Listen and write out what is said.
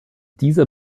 dieser